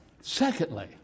secondly